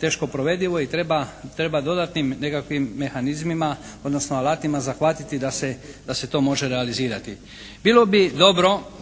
teško provedivo i treba dodatnim nekakvim mehanizmima odnosno alatima zahvatiti da se to može realizirati. Bilo bi dobro